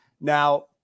Now